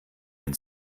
den